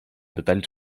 detalls